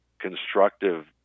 constructive